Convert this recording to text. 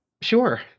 Sure